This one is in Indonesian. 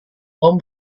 tom